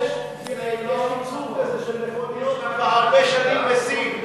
יש היום ייצור כזה של מכוניות, וזאת הטכנולוגיה.